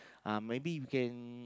uh maybe we can